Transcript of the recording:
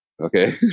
Okay